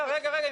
אני